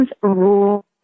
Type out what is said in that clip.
rules